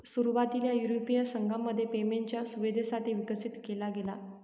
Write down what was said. सुरुवातीला युरोपीय संघामध्ये पेमेंटच्या सुविधेसाठी विकसित केला गेला